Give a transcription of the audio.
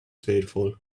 fearful